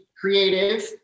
creative